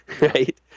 Right